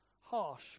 harsh